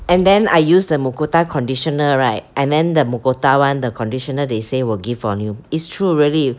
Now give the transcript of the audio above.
and then I use the Mucota conditioner right and then the Mucota one the conditioner they say will give volume it's true really